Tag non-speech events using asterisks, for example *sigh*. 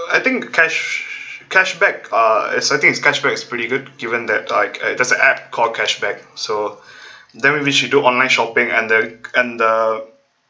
I think cash cashback uh it's I think it's cashback it's pretty good given that like there's an app called cashback so *breath* then maybe should do online shopping and uh and uh